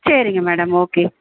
சரிங்க madam okay